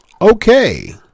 Okay